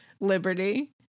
Liberty